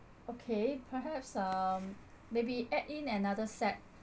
okay perhaps um maybe add in another set